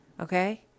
Okay